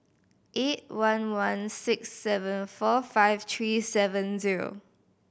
eight one one six seven four five three seven zero